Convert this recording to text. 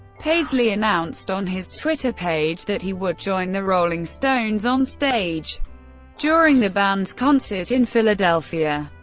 paisley announced on his twitter page that he would join the rolling stones onstage during the band's concert in philadelphia.